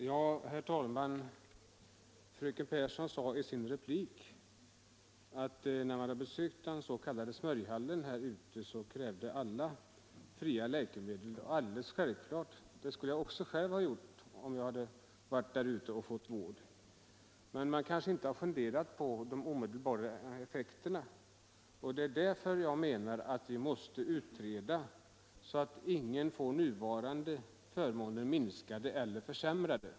Herr talman! Fröken Persson sade i sin replik att alla som besökt den s.k. smörjhallen självklart krävde fria läkemedel. Det skulle jag också ha gjort, om jag hade varit där ute och fått vård. Men man kanske inte har funderat på de omedelbara effekterna, och det är därför som jag menar att vi måste utreda att ingen får sina nuvarande förmåner försämrade.